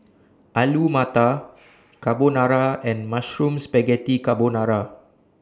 Alu Matar Carbonara and Mushroom Spaghetti Carbonara